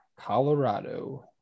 Colorado